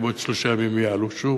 בעוד שלושה ימים הם יעלו שוב,